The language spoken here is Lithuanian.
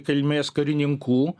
kilmės karininkų